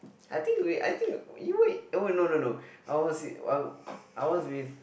I think we I think you were it oh no no no I was with uh I was with